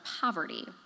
poverty